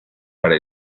para